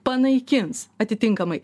panaikins atitinkamai